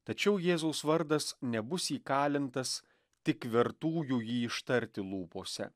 tačiau jėzaus vardas nebus įkalintas tik vertųjų jį ištarti lūpose